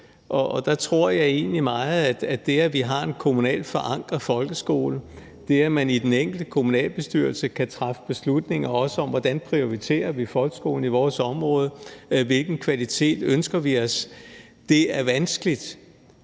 Der tror jeg egentlig meget på det med, at vi har en kommunalt forankret folkeskole, og på det med, at de i den enkelte kommunalbestyrelse også kan træffe beslutninger om, hvordan de prioriterer folkeskolen i deres område, og hvilken kvalitet de ønsker sig. Det er vanskeligt